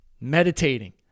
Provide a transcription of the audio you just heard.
Meditating